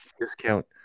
discount